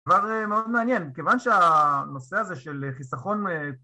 דבר מאוד מעניין, כיוון שהנושא הזה של חיסכון